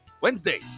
Wednesday